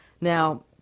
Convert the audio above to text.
Now